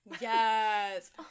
Yes